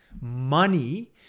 Money